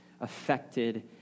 affected